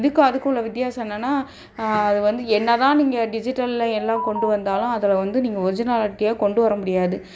இதுக்கும் அதுக்கும் உள்ள வித்தியாசம் என்னென்னா அது வந்து என்னதான் நீங்கள் டிஜிட்டலில் எல்லாம் கொண்டு வந்தாலும் அதில் வந்து நீங்கள் ஒரிஜினாலிட்டியை கொண்டு வர முடியாது